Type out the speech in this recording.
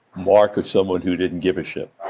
mark of someone who didn't give a shit